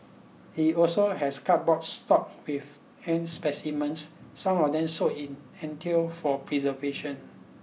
he also has cupboard stocked with ant specimens some of them soaked in for preservation